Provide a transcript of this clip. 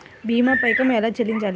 భీమా పైకం ఎలా చెల్లించాలి?